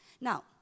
Now